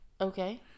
Okay